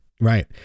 Right